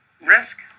risk